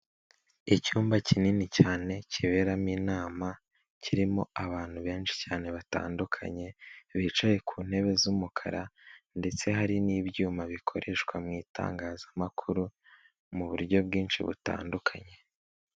Icyumba kinini cyane kiberamo inama kirimo abantu benshi cyane batandukanye, bicaye ku ntebe z'umukara ndetse hari n'ibyuma bikoreshwa mu itangazamakuru, mu buryo bwinshi butandukanye.